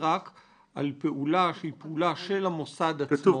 זה פוגע פגיעה ישירה בבעלי זכות הקניין.